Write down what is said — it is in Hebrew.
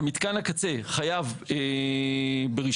מתקן הקצה חייב ברישיון.